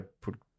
put